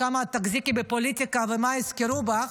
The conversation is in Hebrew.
כמה תחזיקי בפוליטיקה ומה יזכרו ממך?